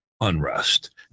unrest